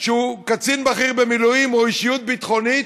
שהוא קצין בכיר במילואים או אישיות ביטחונית.